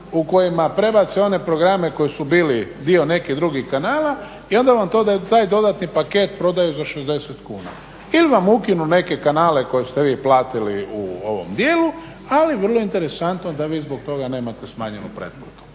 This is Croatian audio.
u kojima prebace one programe koji su bili dio nekih drugih kanala i onda vam to taj dodatni paket prodaju za 60 kuna ili vam ukinu neke kanale koje ste vi platili u ovom dijelu, ali vrlo je interesantno da vi zbog toga nemate smanjenu pretplatu.